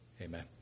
Amen